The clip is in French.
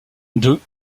deux